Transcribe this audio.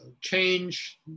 change